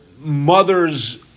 mother's